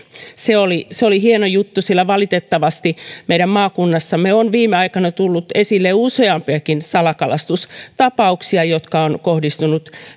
se oli se oli hieno juttu sillä valitettavasti meidän maakunnassamme on viime aikoina tullut esille useampiakin salakalastustapauksia jotka ovat kohdistuneet